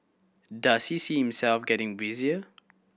does he see himself getting busier